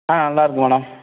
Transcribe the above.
ஆ நல்லாருக்கும் மேடம்